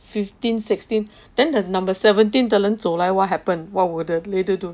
fifteen sixteen then the number seventeen 的人走来 what happen what would the lady do